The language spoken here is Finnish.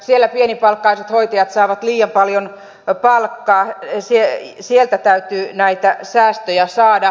siellä pienipalkkaiset hoitajat saavat liian paljon palkkaa sieltä täytyy näitä säästöjä saada